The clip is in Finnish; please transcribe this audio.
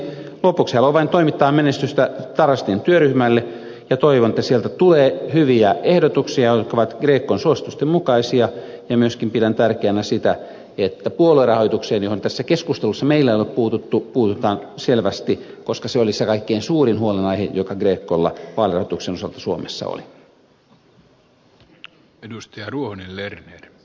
lopuksi haluan vain toivottaa menestystä tarastin työryhmälle ja toivon että sieltä tulee hyviä ehdotuksia jotka ovat grecon suositusten mukaisia ja myöskin pidän tärkeänä sitä että puoluerahoitukseen johon tässä keskustelussa meillä ei ole puututtu puututaan selvästi koska se oli se kaikkein suurin huolenaihe joka grecolla vaalirahoituksen osalta suomessa oli